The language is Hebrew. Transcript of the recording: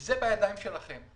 וזה בידיים שלכם.